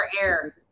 air